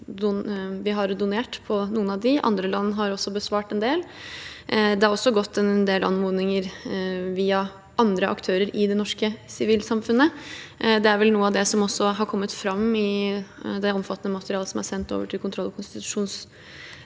Vi har donert på noen av dem, andre land har også besvart en del. Det har også gått en del anmodninger via andre aktører i det norske sivilsamfunnet. Noe av det som også har kommet fram i det omfattende materialet som er sendt over til kontroll- og konstitusjonskomiteen,